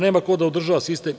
Nema ko da održava sistem?